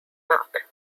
mark